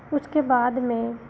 उसके बाद में